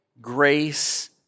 grace